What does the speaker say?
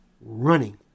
running